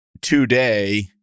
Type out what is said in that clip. today